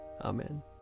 Amen